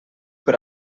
per